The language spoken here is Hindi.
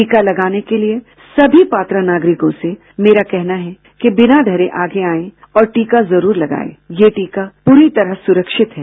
टीका लगाने के लिए सभी पात्र नागरिकों से मेरा कहना है कि बिना डरे आगे आएं और टीका जरूर लगाएं ये टीका पूरी तरह सुरक्षित है